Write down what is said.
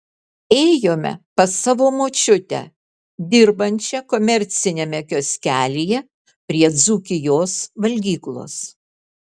ėjome pas savo močiutę dirbančią komerciniame kioskelyje prie dzūkijos valgyklos